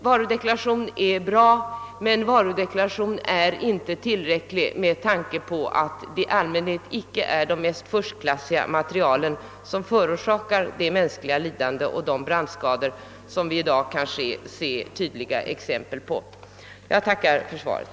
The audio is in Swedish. Varudeklaration är bra, men den är inte tillräcklig med tanke på att det i allmänhet icke är de mest förstklassiga materialen som förorsakar det mänskliga lidande och de brandskador som vi i dag kan se talande exempel på. Jag tackar för svaret.